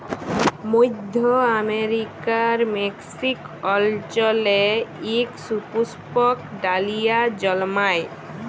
মইধ্য আমেরিকার মেক্সিক অল্চলে ইক সুপুস্পক ডালিয়া জল্মায়